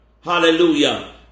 Hallelujah